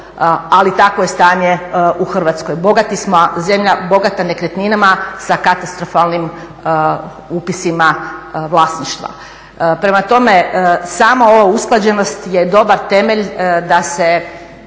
Ali takvo je stanje u Hrvatskoj, bogata smo zemlja bogata nekretninama sa katastrofalnim upisima vlasništva. Prema tome, sama ova usklađenost je dobar temelj da se